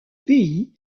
pays